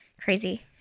crazy